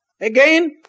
Again